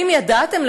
האם ידעתם,